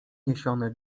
niesiony